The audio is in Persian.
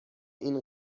این